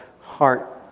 heart